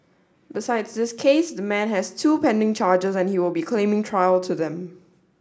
besides this case the man has two pending charges and he will be claiming trial to them